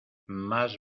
más